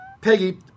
Peggy